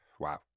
Wow